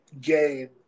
game